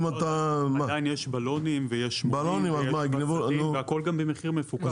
עדיין יש בלונים ויש --- והכל במחיר מפוקח.